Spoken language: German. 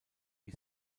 wie